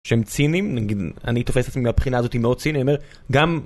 שהם ציניים, נגיד אני תופס את עצמי מהבחינה הזאתי מאוד ציני, אני אומר גם.